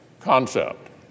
concept